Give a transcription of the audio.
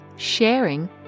sharing